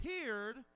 appeared